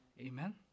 Amen